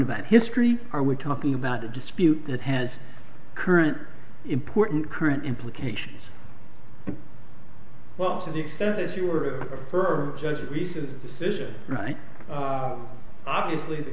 about history are we talking about a dispute that has current important current implications well to the extent that you were a fur judge reese's decision right obviously the